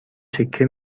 چکه